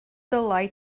dylai